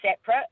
separate